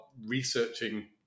researching